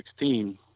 2016